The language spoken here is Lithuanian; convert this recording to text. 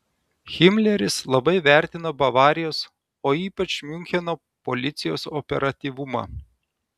himleris labai vertino bavarijos o ypač miuncheno policijos operatyvumą